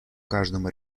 каждом